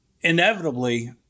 inevitably